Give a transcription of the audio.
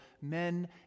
men